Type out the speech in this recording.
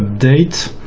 update